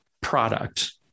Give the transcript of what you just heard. product